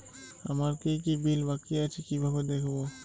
আমার কি কি বিল বাকী আছে কিভাবে দেখবো?